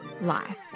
life